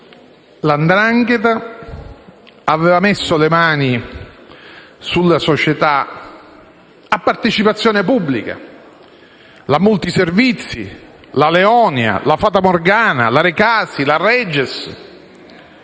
'ndrangheta aveva messo le mani sulle società a partecipazione pubblica la Multiservizi, la Leonia, la Fata Morgana, la Recasi, la Reges.